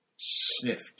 sniffed